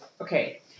okay